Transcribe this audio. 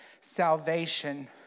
Salvation